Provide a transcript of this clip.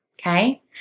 okay